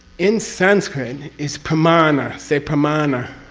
in sanskrit, is pramana. say pramana.